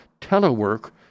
telework